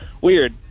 weird